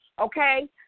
okay